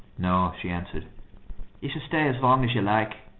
no, she answered you shall stay as long as you like.